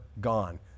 gone